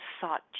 sought